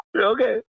Okay